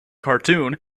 cartoon